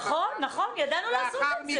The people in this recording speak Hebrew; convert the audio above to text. נכון, ידענו לעשות את זה.